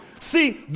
See